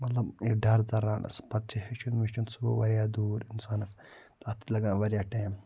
مَطلَب یہِ ڈَر ژَلراونَس پَتہٕ چھِ ہیٚچھُن ویٚچھُن سُہ گوٚو واریاہ دوٗر اِنسانَس تَتھ لگان واریاہ ٹایم